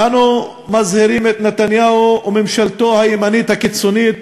אנו מזהירים את נתניהו וממשלתו הימנית הקיצונית